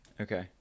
Okay